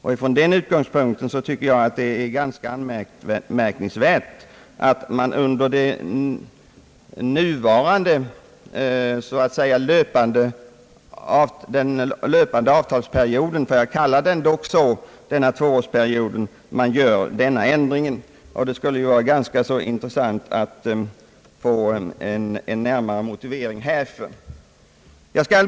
Därför tycker jag att det är ganska anmärkningsvärt att man gör denna ändring under den löpande avtalsperioden — så kallar jag dock denna tvåårsperiod. Det skulle vara ganska intressant att få en närmare motivering härför.